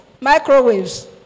Microwaves